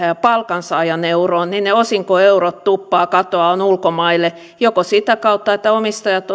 palkansaajan euroon niin ne osinkoeurot tuppaavat katoamaan ulkomaille joko sitä kautta että omistajat